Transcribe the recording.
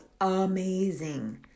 amazing